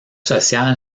social